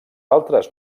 altres